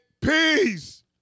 peace